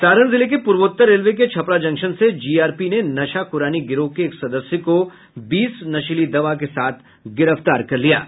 सारण जिले के पूर्वोत्तर रेलवे के छपरा जंक्शन से जीआरपी ने नशाखुरानी गिरोह के एक सदस्य को बीस नशीली दवा के साथ गिरफ्तार किया है